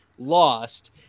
lost